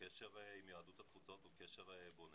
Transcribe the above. הקשר עם יהדות התפוצות הוא קשר בונה